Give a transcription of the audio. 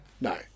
No